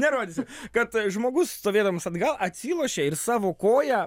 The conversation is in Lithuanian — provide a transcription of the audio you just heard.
nerodysiu kad žmogus stovėdamas atgal atsilošia ir savo koją